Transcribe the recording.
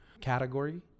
category